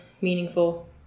meaningful